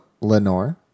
Lenore